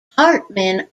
hartman